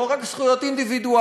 לא רק זכויות אינדיבידואליות,